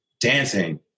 dancing